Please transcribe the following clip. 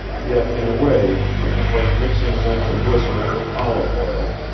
yet in a way it was like mixing nitro-glycerin with olive oil,